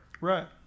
Right